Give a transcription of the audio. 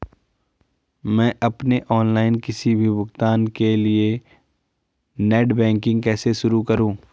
मैं अपने ऑनलाइन किसी भी भुगतान के लिए नेट बैंकिंग कैसे शुरु करूँ?